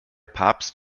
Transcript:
papst